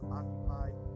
occupied